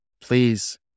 Please